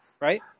Right